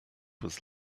was